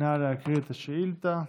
נא להקריא את השאילתה.